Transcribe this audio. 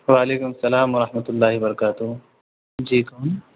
و علیکم السّلام و رحمۃ اللہ برکاتہ جی کون